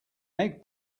egg